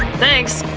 thanks!